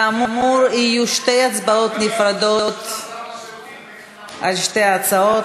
כאמור, יהיו שתי הצבעות נפרדות על שתי ההצעות.